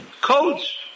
codes